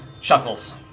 Chuckles